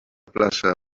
plaça